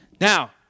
Now